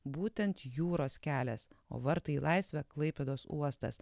būtent jūros kelias o vartai į laisvę klaipėdos uostas